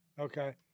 okay